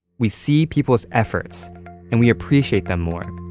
we see people's efforts and we appreciate them more.